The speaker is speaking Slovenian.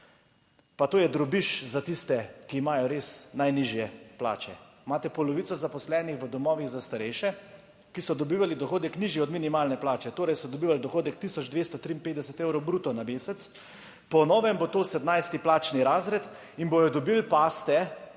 Pa to je drobiž za tiste, ki imajo res najnižje plače. Imate polovico zaposlenih v domovih za starejše, ki so dobivali dohodek nižji od minimalne plače, torej so dobivali dohodek tisoč 253 evrov bruto na mesec, po novem bo to 17. plačni razred in bodo, dobili, pazite,